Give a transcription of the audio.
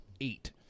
eight